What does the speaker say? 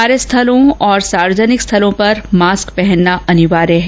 कार्यस्थलों और सार्वजनिक स्थलों पर मास्क पहनना अनिवार्य है